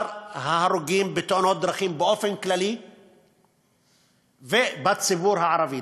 ההרוגים בתאונות דרכים באופן כללי ובציבור הערבי.